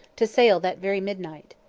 to sail that very midnight.